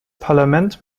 parlament